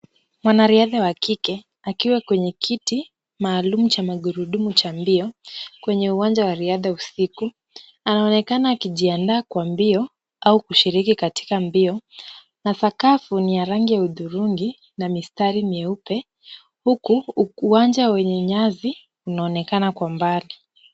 Mwanariadha wa kike akiwa kwenye kiti maalum cha magurudumu cha mbio, kwenye uwanja wa riadha usiku. Anaonekana akijiandaa kwa mbio au kushiriki katika mbio na sakafu ni ya rangi ya hudurungi na ina mistari mieupe, huku uwanja wenye nyasi unaonekana kwa mbali.